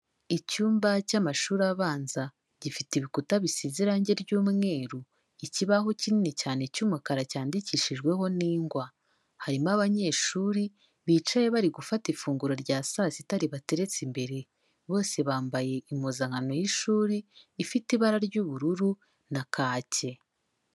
Icyumba cy'amashuri abanza, gifite ibikuta bisize irangi ry'umweru, ikibaho kinini cyane cy'umukara cyandikishijweho n'ingwa, harimo abanyeshuri bicaye bari gufata ifunguro rya saa sita ribateretse imbere, bose bambaye impuzankano y'ishuri, ifite ibara ry'ubururu na kake.